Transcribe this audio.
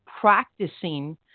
practicing